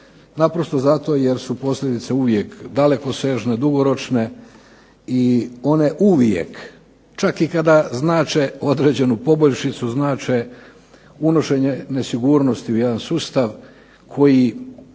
naprosto zato jer su posljedice uvijek dalekosežne, dugoročne i one uvijek, čak i kada znače određenu poboljšicu znače unošenje nesigurnosti u jedan sustav koji